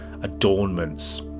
adornments